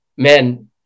man